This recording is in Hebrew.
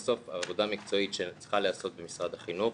אלה בסוף עבודה מקצועית שצריכה להיעשות במשרד החינוך.